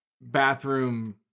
bathroom